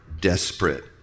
desperate